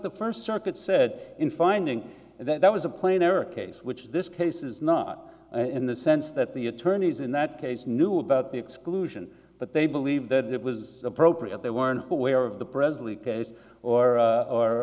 the first circuit said in finding and that was a plain error case which is this case is not in the sense that the attorneys in that case knew about the exclusion but they believe that it was appropriate they were aware of the